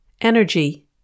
Energy